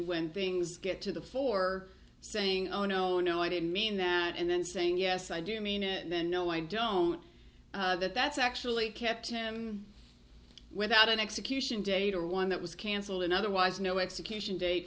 when things get to the fore saying oh no no i didn't mean that and then saying yes i do mean it then no i don't that that's actually kept him without an execution date or one that was cancelled and otherwise no execution date